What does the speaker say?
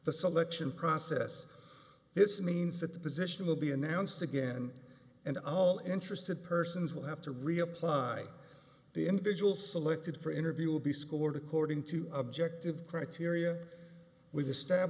the selection process this means that the position will be announced again and all interested persons will have to reapply the individual selected for interview will be scored according to objective criteria w